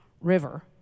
river